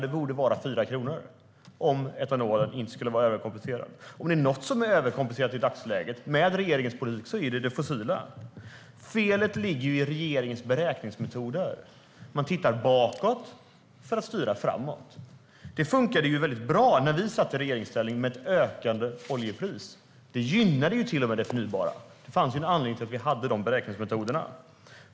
Det borde vara 4 kronor om etanolen skulle vara överkompenserad. Om det är något som är överkompenserat i dagsläget med regeringens politik är det fossila bränslen. Felet ligger i regeringens beräkningsmetoder. Man tittar bakåt för att styra framåt. Det funkade väldigt bra när vi satt i regeringsställning med ett ökande oljepris. Det gynnade till och med det förnybara. Det fanns en anledning till att vi hade de beräkningsmetoderna.